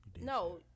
No